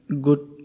good